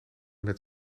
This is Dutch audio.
met